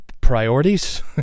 Priorities